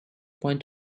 point